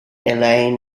elaine